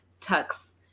tucks